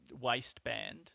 waistband